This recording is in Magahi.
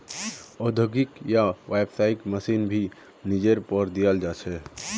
औद्योगिक या व्यावसायिक मशीन भी लीजेर पर दियाल जा छे